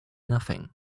nothing